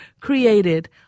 created